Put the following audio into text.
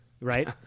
right